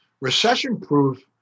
recession-proof